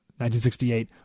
1968